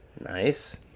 Nice